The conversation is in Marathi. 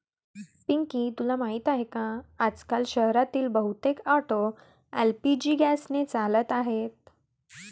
पिंकी तुला माहीत आहे की आजकाल शहरातील बहुतेक ऑटो एल.पी.जी गॅसने चालत आहेत